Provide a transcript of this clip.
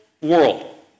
world